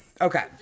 Okay